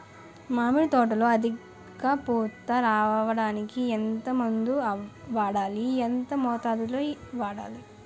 మామిడి తోటలో అధిక పూత రావడానికి ఎంత మందు వాడాలి? ఎంత మోతాదు లో వాడాలి?